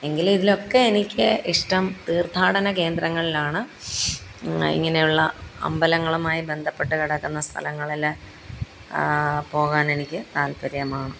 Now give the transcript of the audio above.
എങ്കിലും ഇതിലൊക്കെ എനിക്ക് ഇഷ്ടം തീര്ത്ഥാടന കേന്ദ്രങ്ങളിലാണ് ഇങ്ങനെയുള്ള അമ്പലങ്ങളുമായി ബന്ധപ്പെട്ട് കിടക്കുന്ന സ്ഥലങ്ങളിൽ പോകാനെനിക്ക് താല്പര്യമാണ്